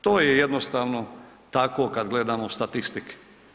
To je jednostavno tako kad gledamo statistike.